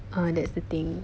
ah that's the thing